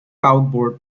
outboard